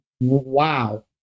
Wow